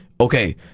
okay